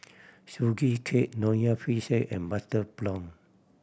Sugee Cake Nonya Fish Head and butter prawn